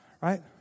Right